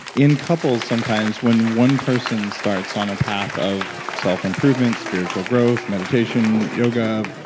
in couples sometimes when one person starts on a path of self-improvement spiritual growth, meditation, yoga,